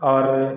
और